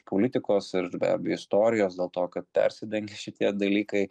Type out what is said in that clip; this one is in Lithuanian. politikos ir iš be abejo istorijos dėl to kad persidengia šitie dalykai